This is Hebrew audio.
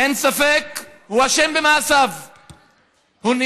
אין ספק, הוא אשם במעשיו.